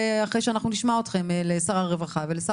אחרי שאנחנו נשמע אתכם לשר הרווחה ולשר